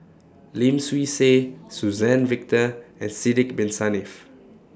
Lim Swee Say Suzann Victor and Sidek Bin Saniff